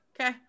Okay